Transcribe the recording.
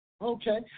okay